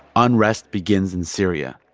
unrest begins in syria.